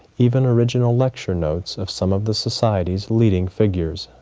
even original lecture notes of some of the society's leading figures.